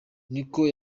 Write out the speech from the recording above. niko